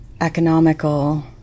economical